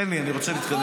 תן לי, אני רוצה להתקדם.